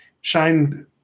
shine